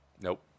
Nope